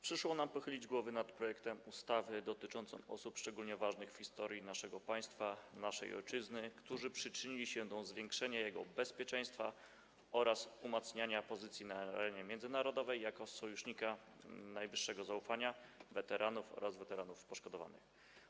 Przyszło nam pochylić głowy nad projektem ustawy dotyczącym osób szczególnie ważnych w historii naszego państwa, naszej ojczyzny, które przyczyniły się do zwiększenia jego bezpieczeństwa oraz umacniania pozycji na arenie międzynarodowej jako sojusznika najwyższego zaufania, tj. weteranów oraz weteranów poszkodowanych.